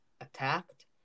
attacked